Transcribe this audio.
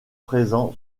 présent